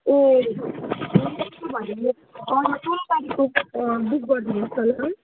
ए